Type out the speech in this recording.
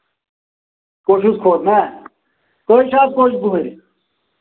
کھوٚشَش کھوٚت نا کٔہۍ چھِ آز کھوٚش بُہُرۍ